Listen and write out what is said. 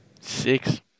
Six